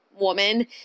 woman